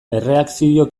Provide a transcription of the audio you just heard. erreakzio